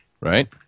right